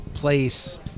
Place